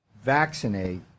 vaccinate